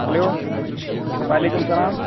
hello وعلیکُم اسلام